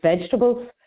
vegetables